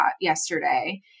yesterday